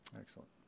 excellent